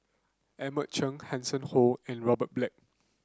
Edmund Cheng Hanson Ho and Robert Black